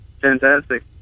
Fantastic